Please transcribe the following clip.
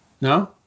No